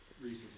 recently